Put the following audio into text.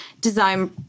design